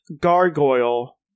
Gargoyle